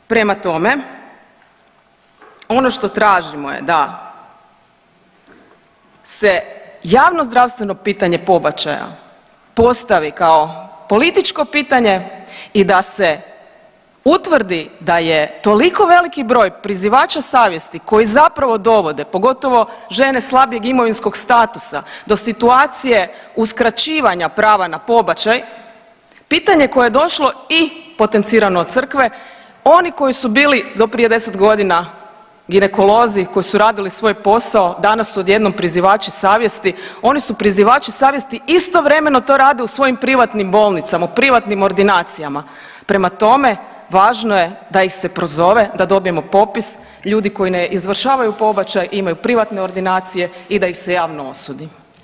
Prema tome, ono što tražimo je da se javnozdravstveno pitanje pobačaja postavi kao političko pitanje i da se utvrdi da je toliko veliki broj prizivača savjesti koji zapravo dovode pogotovo žene slabijeg imovinskog statusa do situacije uskraćivanja prava na pobačaj pitanje koje je došlo i potencirano od crkve oni koji su bili do prije 10.g. ginekolozi, koji su radili svoj posao, danas su odjednom prizivači savjesti, oni su prizivači savjesti, istovremeno to rade u svojim privatnim bolnicama, u privatnim ordinacijama, prema tome važno je da ih se prozove da dobijemo popis ljudi koji ne izvršavaju pobačaj, imaju privatne ordinacije i da ih se javno osudi.